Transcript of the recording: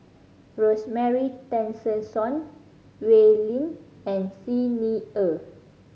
Rosemary Tessensohn Wee Lin and Xi Ni Er